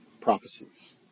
prophecies